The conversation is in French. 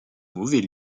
mauvais